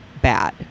Bad